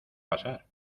pasar